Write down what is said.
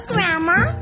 Grandma